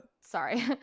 sorry